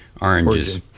oranges